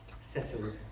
settled